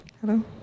Hello